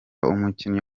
umukinnyi